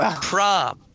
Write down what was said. Prom